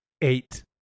Eight